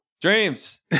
Dreams